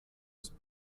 ist